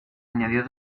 añadió